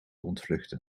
ontvluchten